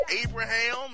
Abraham